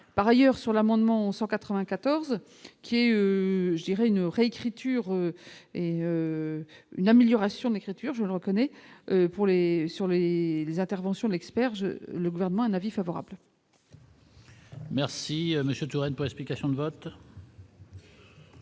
par ailleurs sur l'amendement 194 qui est, je dirais une réécriture et une amélioration des créatures, je le reconnais, pour les sur les interventions d'experts, je le gouvernement un avis favorable. Merci Monsieur Touraine peut, explications de vote.